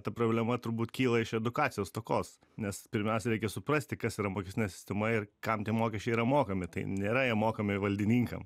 ta problema turbūt kyla iš edukacijos stokos nes pirmiausia reikia suprasti kas yra mokestinė sistema ir kam tie mokesčiai yra mokami tai nėra jie mokami valdininkam